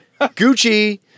Gucci